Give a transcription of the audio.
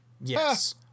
Yes